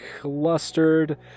clustered